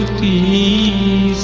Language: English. the